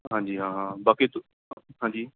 ਹਾਂਜੀ ਹਾਂ ਹਾਂ ਬਾਕੀ ਤੂ ਹਾਂਜੀ